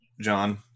John